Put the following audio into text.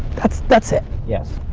that's that's it. yes.